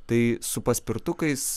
tai su paspirtukais